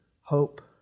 hope